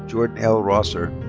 jordin l. rosser.